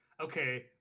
okay